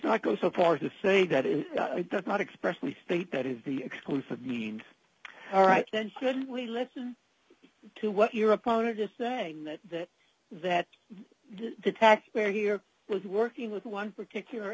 not go so far as to say that it does not express the state that is the exclusive means all right then should we listen to what your opponent just saying that that that the taxpayer here was working with one particular